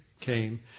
Came